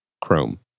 chrome